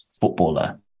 footballer